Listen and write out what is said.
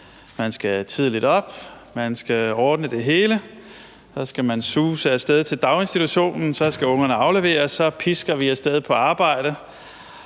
man skal tidligt op; man skal ordne det hele; og så skal man suse af sted til daginstitutionen; så skal ungerne afleveres; så pisker vi af sted på arbejde;